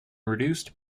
reduced